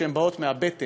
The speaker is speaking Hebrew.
הן באות מהבטן,